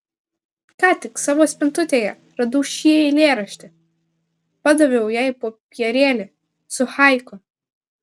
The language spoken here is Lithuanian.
ką tik savo spintutėje radau šį eilėraštį padaviau jai popierėlį su haiku